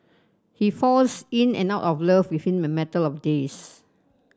he falls in and out of love within a matter of days